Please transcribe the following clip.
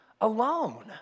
alone